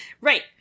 Right